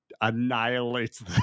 annihilates